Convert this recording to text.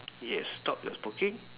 yes stop the smoking